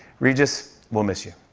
regis, we'll miss you.